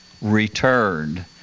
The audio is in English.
returned